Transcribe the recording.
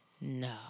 No